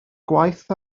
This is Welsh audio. gwaith